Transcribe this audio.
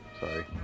sorry